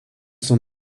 son